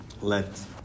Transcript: Let